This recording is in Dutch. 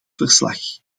verslag